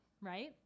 right